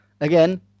again